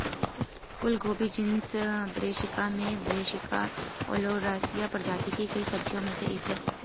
फूलगोभी genus brassica में brassica oleracea प्रजाति की कई सब्जियों में से एक है